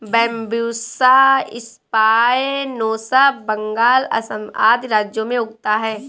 Bambusa spinosa Bengal, Assam आदि राज्यों में उगता है